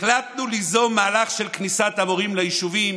החלטנו ליזום מהלך של כניסת המורים ליישובים,